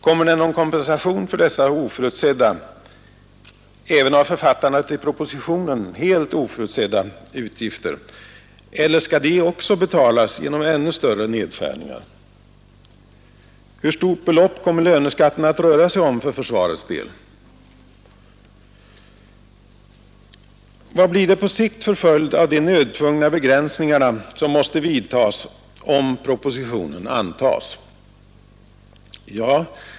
Blir det någon kompensation för dessa även av författarna till propositionen helt oförutsedda utgifter, eller skall de också betalas genom ännu större nedskärningar? Hur stort belopp kommer löneskatten att röra sig om för försvarets del? Vad blir det på sikt för följd av de nödtvungna begränsningar som måste vidtas om propositionen antas?